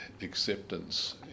acceptance